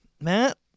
Matt